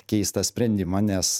keistą sprendimą nes